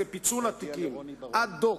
היא פיצול התיקים עד דק.